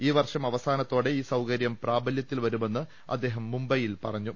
ഈ വർഷം അവസാനത്തോടെ ഈ സൌകര്യം പ്രാബല്യ ത്തിൽ വരുമെന്ന് അദ്ദേഹം മുംബൈയിൽ പറഞ്ഞു